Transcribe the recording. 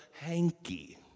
hanky